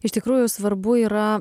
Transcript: iš tikrųjų svarbu yra